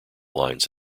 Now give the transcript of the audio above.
lines